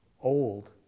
old